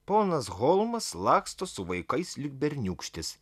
ponas holmas laksto su vaikais lyg berniūkštis